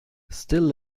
still